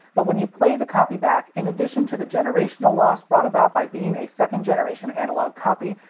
but when you play the copy back, in addition to the generational loss brought about by being a second generation analog copy,